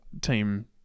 team